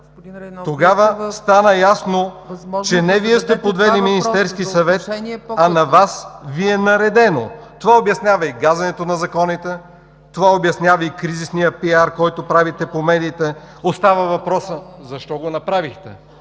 Тогава стана ясно, че не Вие сте подвели Министерския съвет, а на Вас Ви е наредено. Това обяснява и газенето на законите, обяснява и кризисния PR, който правите по медиите. Остава въпросът: защо го направихте?